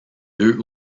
deux